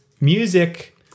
music